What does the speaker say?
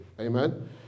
Amen